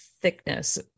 thickness